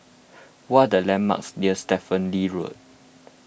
what are the landmarks near Stephen Lee Road